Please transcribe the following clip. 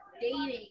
dating